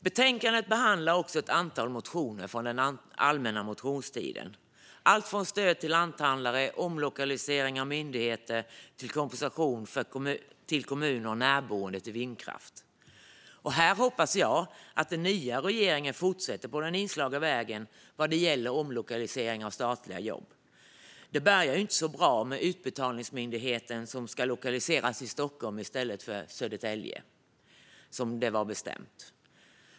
Betänkandet behandlar också ett antal motioner från den allmänna motionstiden. Det är allt från stöd till lanthandlare och omlokalisering av myndigheter till kompensation till kommuner och närboende till vindkraft. Jag hoppas att den nya regeringen fortsätter på den inslagna vägen vad gäller omlokalisering av statliga jobb. Det börjar inte så bra med den utbetalningsmyndighet som ska lokaliseras i Stockholm i stället för i Södertälje, som var bestämt.